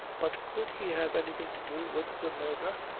but could he have anything to do wid the murdher?